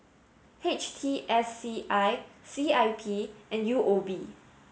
H T S C I C I P and U O B